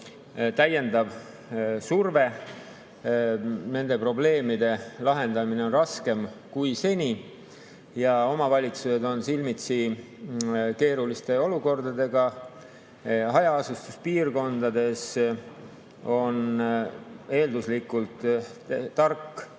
täiendav surve. Nende probleemide lahendamine on raskem kui seni ja omavalitsused on silmitsi keeruliste olukordadega. Hajaasustuspiirkondades on eelduslikult tark